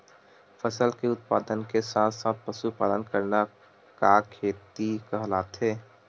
फसल के उत्पादन के साथ साथ पशुपालन करना का खेती कहलाथे?